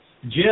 Jim